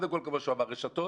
כמו שהוא אמר, רשתות